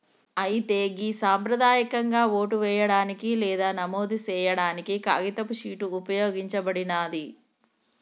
అయితే గి సంప్రదాయకంగా ఓటు వేయడానికి లేదా నమోదు సేయాడానికి కాగితపు షీట్ ఉపయోగించబడినాది